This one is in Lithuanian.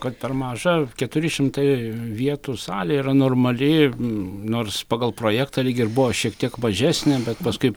kad per mažą keturi šimtai vietų salė yra normali nors pagal projektą lyg ir buvo šiek tiek mažesnė bet paskui